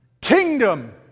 Kingdom